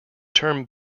term